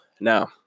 Now